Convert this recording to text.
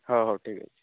ହଉ ହଉ ଠିକ୍ ଅଛି